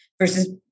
versus